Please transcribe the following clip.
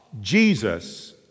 Jesus